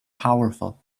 powerful